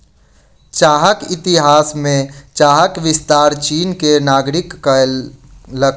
चाहक इतिहास में चाहक विस्तार चीन के नागरिक कयलक